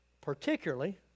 particularly